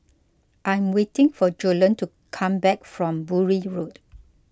I am waiting for Joellen to come back from Bury Road